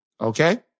Okay